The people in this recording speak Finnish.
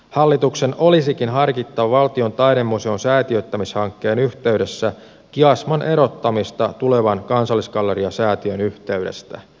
hallituksen olisikin harkittava valtion taidemuseon säätiöittämishankkeen yhteydessä kiasman erottamista tulevan kansallisgalleria säätiön yhteydestä